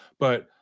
but,